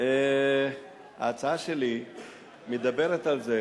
גברתי היושבת-ראש, ההצעה שלי מדברת על זה